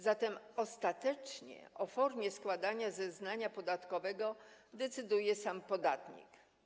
Zatem ostatecznie o formie składania zeznania podatkowego decyduje sam podatnik.